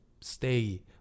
stay